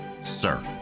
sir